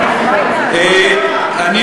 אסור להגיד את השם המפורש, מה עם עיתון "הארץ"?